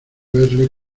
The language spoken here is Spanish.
verle